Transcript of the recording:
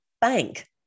bank